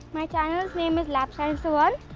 my channel's name is labsciencetheone.